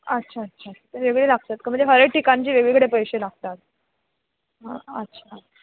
अच्छा अच्छा वेगळे लागतात का म्हणजे हरेक ठिकणचे वेगवेगळे पैसे लागतात हा अच्छा